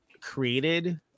created